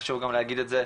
חשוב גם להבין את זה.